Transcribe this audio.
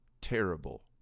terrible